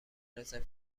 رزرو